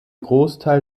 großteil